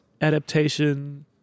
Adaptation